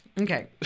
Okay